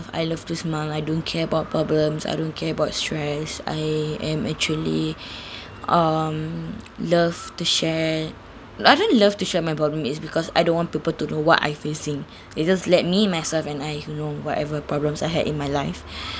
I love to smile I don't care about problems I don't care about stress I am actually um love to share I don't love to share my problem is because I don't want people to know what I facing it just let me myself and I know whatever problems I had in my life